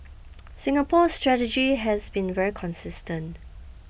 Singapore's strategy has been very consistent